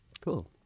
cool